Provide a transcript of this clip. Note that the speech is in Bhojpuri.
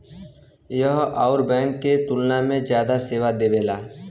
यह अउर बैंक के तुलना में जादा सेवा देवेला